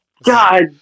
God